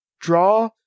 draw